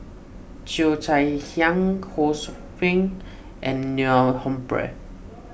Cheo Chai Hiang Ho Sou Ping and Neil Humphreys